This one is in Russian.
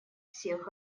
всех